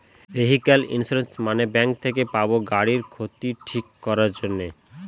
vehicle insurance মানে bank থেকে পাবো গাড়ির ক্ষতি ঠিক করাক জন্যে